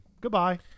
Goodbye